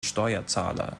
steuerzahler